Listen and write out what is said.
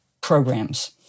programs